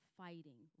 fighting